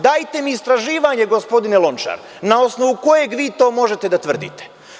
Dajte mi istraživanje, gospodine Lončar, na osnovu kojeg vi to možete da tvrdite.